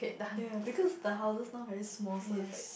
ya because the houses now very small so it's like